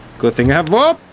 good thing i have woah!